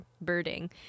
birding